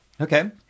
okay